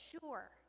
sure